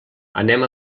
anem